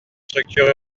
structure